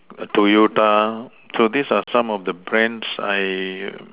toyota so these are some of the Brands I